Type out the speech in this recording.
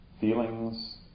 Feelings